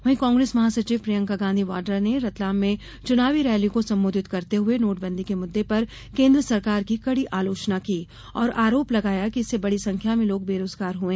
वहीं कांग्रेस महासचिव प्रियंका गांधी वाड्रा ने रतलाम में चुनावी रैली को सम्बोधित करते हुए नोटबंदी के मुद्दे पर केन्द्र सरकार की कड़ी आलोचना की और आरोप लगाया कि इससे बड़ी संख्यां में लोग बेरोजगार हुए